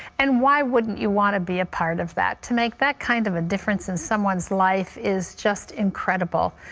and why wouldn't you want to be a part of that? to make that kind of a difference in someone's life is just incredible.